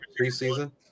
preseason